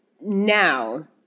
Now